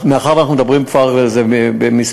מאחר שאנחנו מדברים כבר על כמה מקרים,